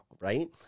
right